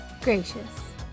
gracious